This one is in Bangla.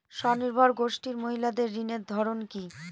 স্বনির্ভর গোষ্ঠীর মহিলাদের ঋণের ধরন কি?